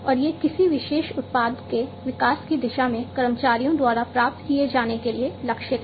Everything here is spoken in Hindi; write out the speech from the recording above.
और ये किसी विशेष उत्पाद के विकास की दिशा में कर्मचारियों द्वारा प्राप्त किए जाने के लिए लक्षित हैं